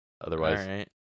otherwise